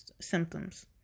symptoms